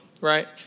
Right